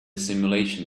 simulation